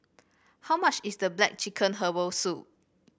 how much is the black chicken Herbal Soup